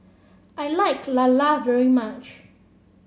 I like Lala very much